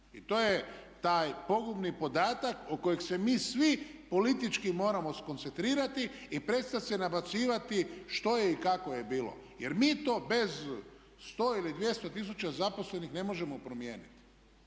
I to je taj pogubni podatak oko kojeg se mi svi politički moramo skoncentrirati i prestati se nabacivati što je i kako je bilo. Jer mi to bez 100 ili 200 tisuća zaposlenih ne možemo promijeniti.